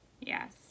Yes